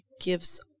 gives